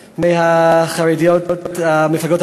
הממשלה.